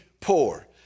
poor